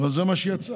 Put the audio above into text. אבל זה מה שיצא.